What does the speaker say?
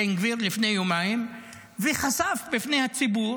בן גביר, לפני יומיים וחשף בפני הציבור